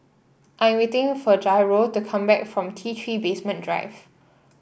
I am waiting for Jairo to come back from T Three Basement Drive